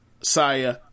Saya